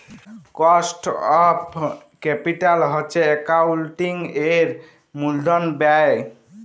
cost of capital হছে একাউল্টিংয়ের মূলধল ব্যায়